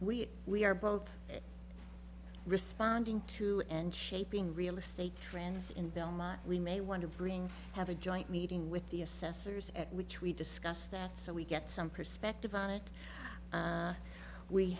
we we are both responding to and shaping real estate trends in vilma we may want to bring have a joint meeting with the assessors at which we discuss that so we get some perspective on it